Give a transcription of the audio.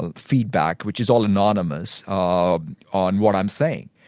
and feedback which is all anonymous um on what i'm saying.